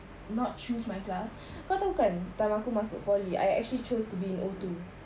not choose my class kau tahu kan time aku masuk poly I actually chose to be in O two